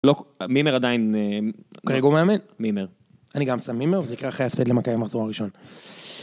מימר עדיין, כרגע הוא מאמן, מימר, אני גם שם מימר וזה יקרה אחרי ההפסד למכה עם המחזור הראשון.